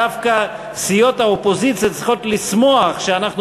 דווקא סיעות האופוזיציה צריכות לשמוח שאנחנו